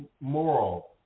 moral